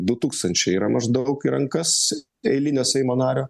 du tūkstančiai yra maždaug į rankas eilinio seimo nario